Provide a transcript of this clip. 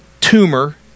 tumor